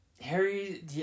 Harry